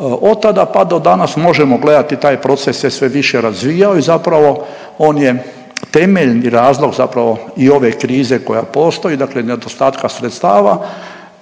Od tada pa do danas možemo gledati taj proces se sve više razvijao i zapravo on je temeljni razlog zapravo i ove krize koja postoji, dakle nedostatka sredstava